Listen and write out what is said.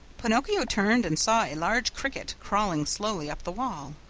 pinocchio turned and saw a large cricket crawling slowly up the wall.